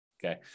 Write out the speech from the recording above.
Okay